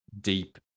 deep